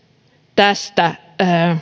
tästä